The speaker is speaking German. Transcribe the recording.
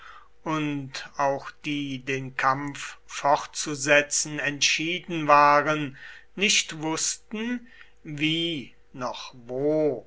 und auch die den kampf fortzusetzen entschieden waren nicht wußten wie noch wo